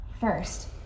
First